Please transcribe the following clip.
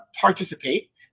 participate